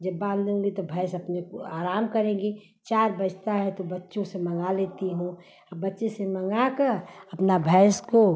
जब बाँध दूँगी तो भैंस अपने को आराम करेगी चार बजता है तो बच्चों से मँगा लेती हूँ बच्चे से मँगाकर अपनी भैंस को